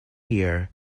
year